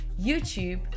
YouTube